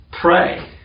pray